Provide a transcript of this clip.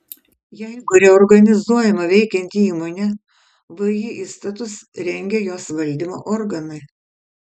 jeigu reorganizuojama veikianti įmonė vį įstatus rengia jos valdymo organai